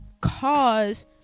cause